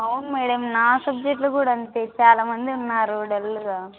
అవును మేడం నా సబ్జెక్టులు కూడా అంతే చాలామంది ఉన్నారు డల్గా